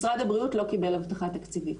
משרד הבריאות לא קיבל הבטחה תקציבית.